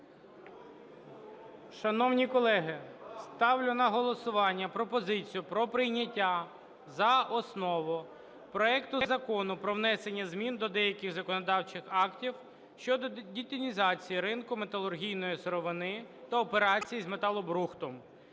Шановні колеги, ставлю на голосування пропозицію про прийняття за основу проекту Закону про внесення змін до деяких законодавчих актів (щодо детінізації ринку металургійної сировини та операцій з металобрухтом)